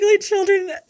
children